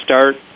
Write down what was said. start